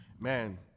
man